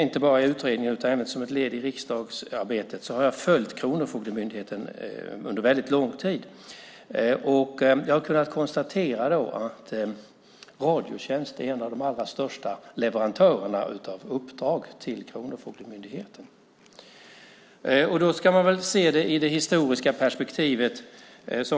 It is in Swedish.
Inte bara i utredningen utan även som ett led i riksdagsarbetet har jag följt Kronofogdemyndigheten under väldigt lång tid, och jag har då kunnat konstatera att Radiotjänst är en av de allra största leverantörerna av uppdrag till Kronofogdemyndigheten. Man kan se detta i ett historiskt perspektiv.